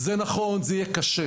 זה נכון, זה יהיה קשה.